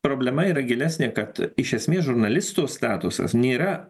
problema yra gilesnė kad iš esmės žurnalistų statusas nėra